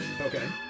Okay